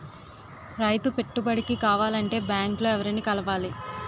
రైతు పెట్టుబడికి కావాలంటే బ్యాంక్ లో ఎవరిని కలవాలి?